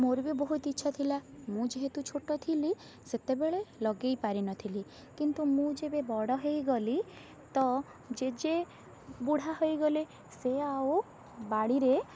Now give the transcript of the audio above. ମୋର ବି ବହୁତ ଇଚ୍ଛା ଥିଲା ମୁଁ ଯହେତୁ ଛୋଟ ଥିଲି ସେତେବେଳେ ଲଗାଇ ପାରିନଥିଲି କିନ୍ତୁ ମୁଁ ଯେବେ ବଡ଼ ହେଇଗଲି ତ ଜେଜେ ବୁଢ଼ା ହୋଇଗଲେ ସେ ଆଉ ବାଡ଼ିରେ